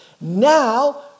Now